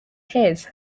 his